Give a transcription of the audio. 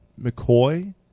McCoy